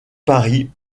paris